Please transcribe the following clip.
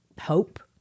hope